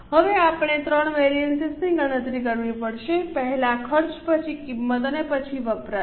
હવે આપણે 3 વિવિધતાની ગણતરી કરવી પડશે પહેલા ખર્ચ પછી કિંમત અને પછી વપરાશ